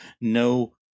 No